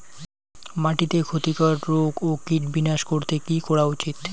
মাটিতে ক্ষতি কর রোগ ও কীট বিনাশ করতে কি করা উচিৎ?